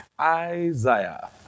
Isaiah